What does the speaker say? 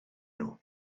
nhw